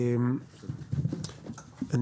אני